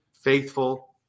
faithful